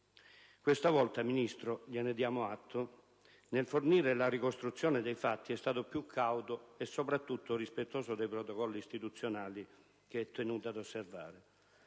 Questa volta, signor Ministro, gliene diamo atto, nel fornire la ricostruzione dei fatti è stato più cauto e soprattutto rispettoso dei protocolli istituzionali che è tenuto ad osservare.